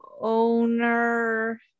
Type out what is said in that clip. owner